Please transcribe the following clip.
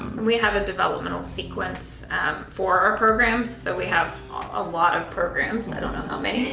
we have a developmental sequence for our programs. so, we have a lot of programs, i don't know how many,